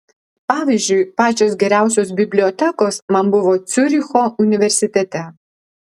pavyzdžiui pačios geriausios bibliotekos man buvo ciuricho universitete